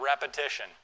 repetition